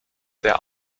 der